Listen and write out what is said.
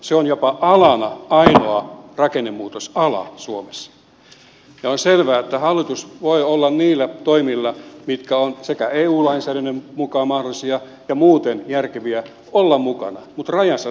se on jopa alana ainoa rakennemuutosala suomessa ja on selvää että hallitus voi olla mukana niillä toimilla mitkä ovat sekä eu lainsäädännön mukaan mahdollisia että muuten järkeviä mutta rajansa niissäkin